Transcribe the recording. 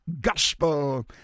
gospel